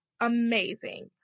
amazing